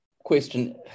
question